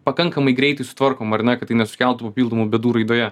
pakankamai greitai sutvarkoma ar ne kad tai nesukeltų papildomų bėdų raidoje